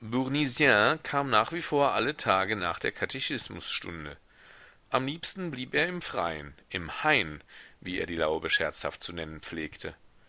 kam nach wie vor alle tage nach der katechismusstunde am liebsten blieb er im freien im hain wie er die laube scherzhaft zu nennen pflegte